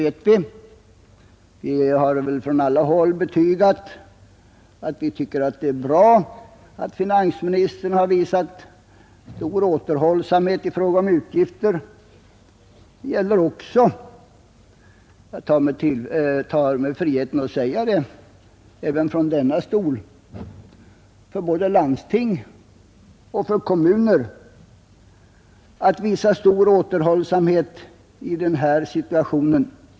Vi har från alla håll betygat, att vi tycker att det är bra att finansministern har visat stor återhållsamhet i fråga om utgifter. Det gäller också — jag tar mig friheten att säga det även från denna talarstol — för både landsting och kommuner att visa stor återhållsamhet i den här situationen.